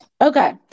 okay